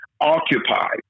occupied